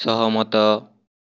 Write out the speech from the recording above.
ସହମତ